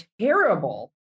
terrible